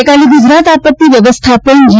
ગઇકાલે ગુજરાત આપત્તિ વ્યવસ્થાપન જી